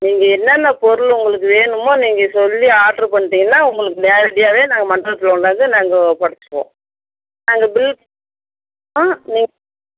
நீங்கள் என்னென்ன பொருள் உங்களுக்கு வேணுமோ நீங்கள் சொல்லி ஆர்ட்ரு பண்ணிட்டிங்கனால் உங்களுக்கு நேரடியாகவே நாங்கள் மண்டபத்தில் கொண்டாந்து நாங்கள் ஒப்படைச்சுடுவோம் நாங்கள் பில் நீங்